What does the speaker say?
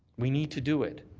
we need to do it.